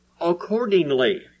accordingly